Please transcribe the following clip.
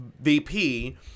VP